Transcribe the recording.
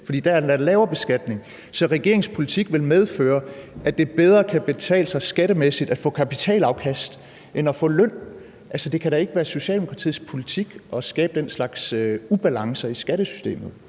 for der er endda en lavere beskatning. Så regeringens politik vil medføre, at det bedre kan betale sig skattemæssigt at få kapitalafkast end at få løn. Det kan da ikke være Socialdemokratiets politik at skabe den slags ubalancer i skattesystemet.